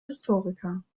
historikern